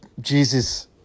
Jesus